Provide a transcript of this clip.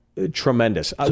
Tremendous